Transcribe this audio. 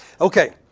Okay